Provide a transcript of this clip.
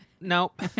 Nope